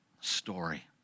story